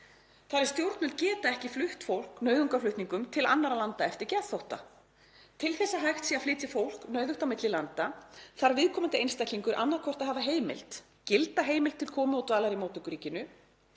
þar eð stjórnvöld geta ekki flutt fólk nauðungarflutningum til annarra landa eftir geðþótta. Til að hægt sé að flytja fólk nauðugt á milli landa þarf viðkomandi einstaklingur annaðhvort að hafa gilda heimild til komu og dvalar í móttökuríkinu